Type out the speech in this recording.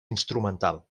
instrumental